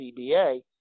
CBA